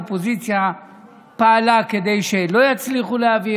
האופוזיציה פעלה כדי שלא יצליחו להעביר,